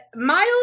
Miles